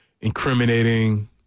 incriminating